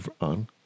on